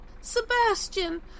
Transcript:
Sebastian